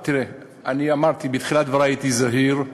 תראו, אני אמרתי, בתחילת דברי הייתי זהיר.